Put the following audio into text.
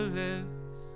lips